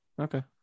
Okay